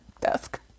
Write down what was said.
desk